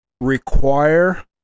require